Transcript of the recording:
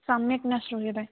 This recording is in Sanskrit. सम्यक् न श्रूयते